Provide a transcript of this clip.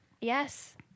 Yes